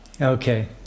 Okay